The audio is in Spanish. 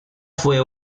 fue